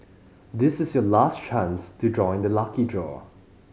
this is your last chance to join the lucky draw